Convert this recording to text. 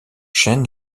chaîne